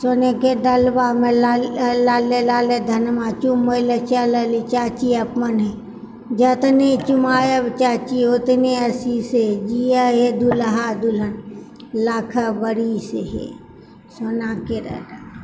सोनेके डलवामे लाले लाले धनमा चुमय लय चललि चाची अपने जतनि चुमायब चाची उतने आशीष हे जियह हे दुल्हा दुलहिन लाखो बरिस हे सोनाके डलवामे